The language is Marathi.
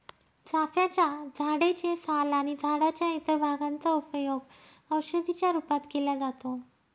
चाफ्याच्या झाडे चे साल आणि झाडाच्या इतर भागांचा उपयोग औषधी च्या रूपात केला जातो